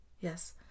Yes